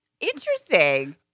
Interesting